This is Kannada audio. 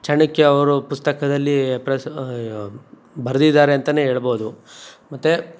ಚಾಣಕ್ಯ ಅವರು ಪುಸ್ತಕದಲ್ಲಿ ಪ್ರಸ ಬರೆದಿದಾರೆ ಅಂತ ಹೇಳ್ಬೋದು ಮತ್ತು